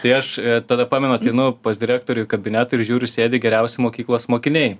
tai aš tada pamenu ateinu pas direktorių į kabinetų ir žiūriu sėdi geriausi mokyklos mokiniai